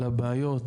לבעיות,